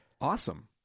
Awesome